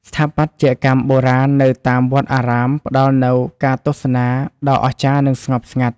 ស្ថាបត្យកម្មបុរាណនៅតាមវត្តអារាម ផ្តល់នូវការទស្សនាដ៏អស្ចារ្យ និងស្ងប់ស្ងាត់។